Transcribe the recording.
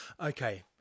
Okay